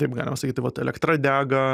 taip galima sakyti vat elektra dega